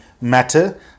matter